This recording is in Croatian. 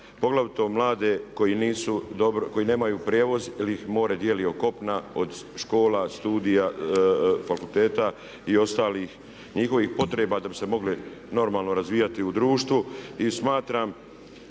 nisu dobro, koji nemaju prijevoz ili ih more dijeli od kopna, od škola, studija, fakulteta i ostalih njihovih potreba da bi se mogli normalno razvijati u društvu.